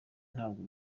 ntabwo